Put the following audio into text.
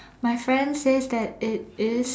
my friend says that it is